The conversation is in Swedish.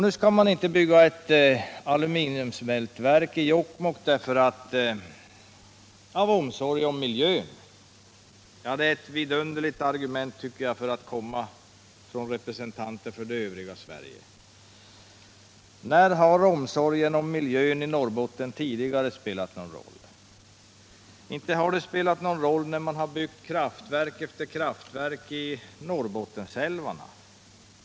Nu skall man inte bygga ett aluminiumsmältverk i Jokkmokk av omsorg om miljön. Det är ett vidunderligt argument för att komma från representanter för det övriga Sverige. När har omsorgen om miljön i Norrbotten tidigare spelat någon roll? Inte när man byggt kraftverk efter kraftverk i Norrbottenälvarna.